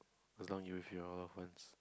as long you with your ones